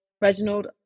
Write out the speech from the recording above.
reginald